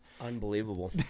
Unbelievable